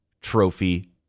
Trophy